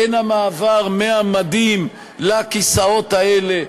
בין המעבר מהמדים לכיסאות האלה,